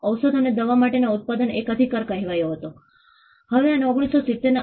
તો સર્વે દરમિયાન આ કેટલાક ફોટોગ્રાફ્સ છે